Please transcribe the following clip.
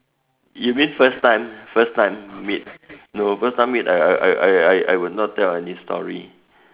you mean first time first time meet no first time meet I I I will not tell any story